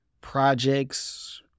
projects